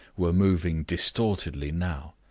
were moving distortedly now.